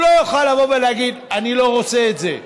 הוא לא יוכל לבוא ולהגיד: אני לא רוצה את זה.